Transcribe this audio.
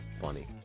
funny